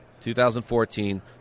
2014